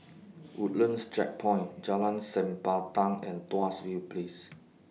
Woodlands Checkpoint Jalan Sempadan and Tuas View Place